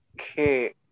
Okay